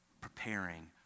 preparing